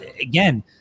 Again